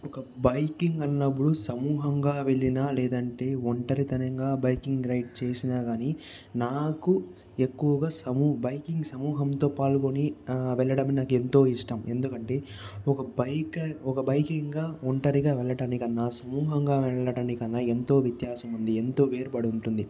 ఒక బైకింగ్ అన్నప్పుడు సమూహంగా వెళ్లినా లేదంటే ఒంటరితనంగా బైకింగ్ రైడ్ చేసిన గాని నాకు ఎక్కువగా సమూ బైకింగ్ సమూహంతో పాల్గొని వెళ్లడం నాకు ఎంతో ఇష్టం ఎందుకంటే ఒక బైకర్ బైకింగ్ గా ఒంటరిగా వెళ్లటానికన్నా సమూహంగా వెళ్లటానికన్నా ఎంతో వ్యత్యాసం ఉంటుంది ఎంతో వేరుపడి ఉంటుంది